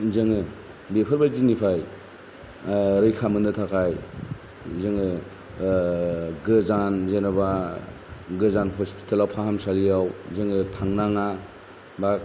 जोङो बेफोरबायदिनिफ्राय रैखा मोननो थाखाय जोङो गोजान जेनेबा गोजान हस्पिटाल फाहामसालियाव जोङो थांनाङा बा